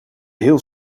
heel